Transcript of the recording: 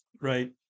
right